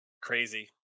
crazy